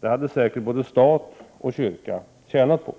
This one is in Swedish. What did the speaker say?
Det hade säkert både stat och kyrka tjänat på.